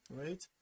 right